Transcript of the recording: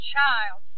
child